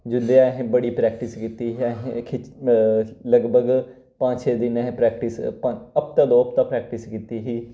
जिदे असैं बड़ी प्रैकटिस कीती ही असें खिच्च लगभग पंज छे दिन असैं प्रैकटिस हफ्ता दो हफ्ता प्रैकटिस कीती ही